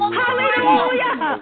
hallelujah